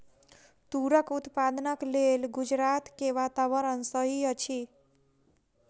तूरक उत्पादनक लेल गुजरात के वातावरण सही अछि